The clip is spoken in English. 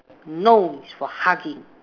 no it's for hugging